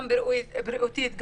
גם בריאותית,